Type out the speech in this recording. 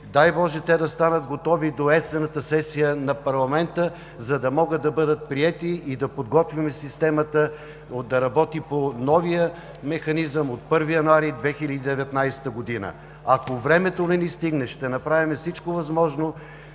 Дай Боже, те да станат готови до есенната сесия на парламента, за да могат да бъдат приети и да подготвим системата да работи по новия механизъм от 1 януари 2019 г. Ако времето не ни стигне, ще направим всичко възможно